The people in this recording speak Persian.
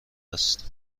است